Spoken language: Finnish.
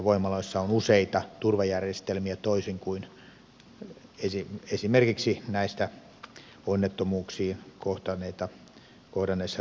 voimaloissa on useita turvajärjestelmiä toisin kuin esimerkiksi näissä onnettomuuksia kohdanneissa ydinvoimaloissa